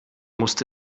musste